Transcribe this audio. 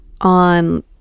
on